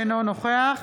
אינו נוכח